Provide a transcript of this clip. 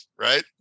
Right